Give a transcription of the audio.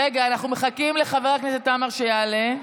רגע, אנחנו מחכים לחבר הכנסת עמאר שיעלה,